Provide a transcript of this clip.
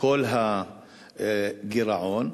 כל הגירעון,